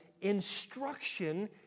instruction